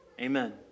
Amen